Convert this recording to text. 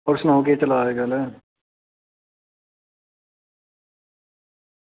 तुस सनाओ केह् चला दा ऐ